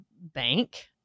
bank